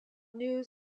news